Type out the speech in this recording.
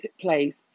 place